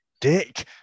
dick